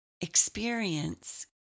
experience